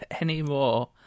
anymore